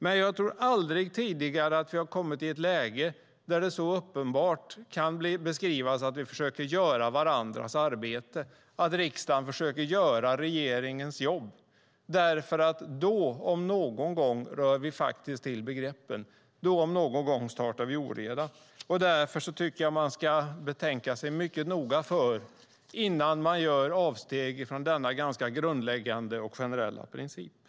Men jag tror att vi aldrig tidigare har kommit i ett läge där det så uppenbart kan beskrivas så att vi försöker göra varandras arbete och att riksdagen försöker göra regeringens jobb. Då, om någon gång, rör vi till begreppen. Då, om någon gång, startar vi oreda. Därför tycker jag att man ska tänka sig mycket noga för innan man gör avsteg från denna ganska grundläggande och generella princip.